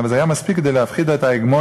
אבל זה היה מספיק כדי להפחיד את ההגמוניה,